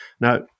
Now